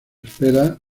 espera